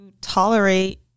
tolerate